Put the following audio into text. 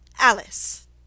Alice